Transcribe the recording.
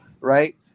Right